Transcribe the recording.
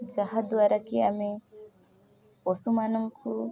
ଯାହାଦ୍ୱାରା କି ଆମେ ପଶୁମାନଙ୍କୁ